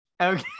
Okay